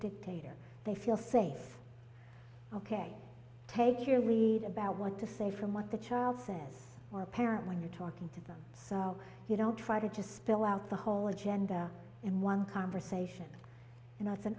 dictator they feel safe ok take your read about what to say from what the child says or a parent when you're talking to them so you don't try to just spill out the whole agenda in one conversation and i